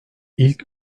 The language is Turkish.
i̇lk